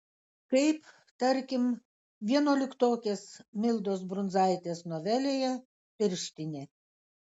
kaip tarkim vienuoliktokės mildos brunzaitės novelėje pirštinė